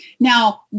Now